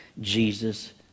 Jesus